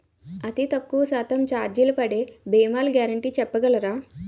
అతి తక్కువ శాతం ఛార్జీలు పడే భీమాలు గ్యారంటీ చెప్పగలరా?